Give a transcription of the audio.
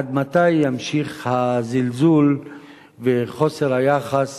עד מתי יימשכו הזלזול וחוסר היחס